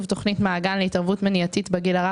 תוכנית מעגן להתערבות מניעתית בגיל הרך,